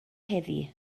heddiw